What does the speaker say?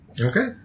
Okay